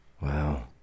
Wow